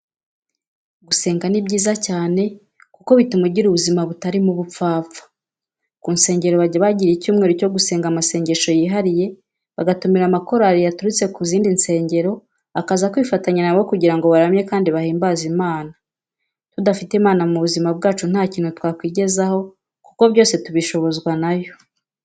Gusenga ni byiza cyane kuko bituma ugira ubuzima butarimo ubupfapfa. Ku nsengero bajya bagira icyumweru cyo gusenga amasengesho yihariye, bagatumira amakorari yaturutse ku zindi nsengero akaza kwifatanya na bo kugira baramye kandi bahimbaze Imana. Tudafite Imana mu buzima bwacu nta kintu twakwigezaho kuko byose tubishobozwa na yo.